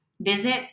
Visit